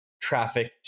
trafficked